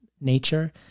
nature